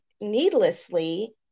needlessly